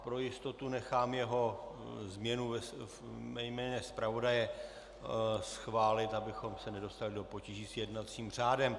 Pro jistotu nechám změnu ve jménu zpravodaje schválit, abychom se nedostali do potíží s jednacím řádem.